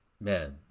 man